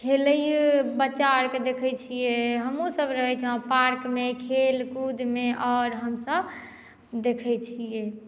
खेलैये बच्चा आरके देखैत छियै हमहूँसभ रहियै एहिठाम पार्कमे खेल कूदयमे आओर हमसभ देखैत छियै